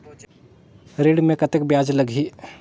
ऋण मे कतेक ब्याज लगही?